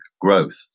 growth